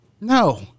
No